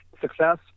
success